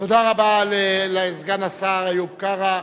תודה רבה לסגן השר איוב קרא.